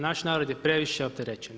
Naš narod je previše opterećen.